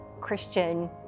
Christian